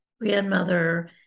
grandmother